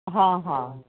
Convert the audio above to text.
ਹਾਂ ਹਾਂ